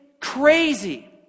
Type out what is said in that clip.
crazy